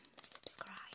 subscribe